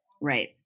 Right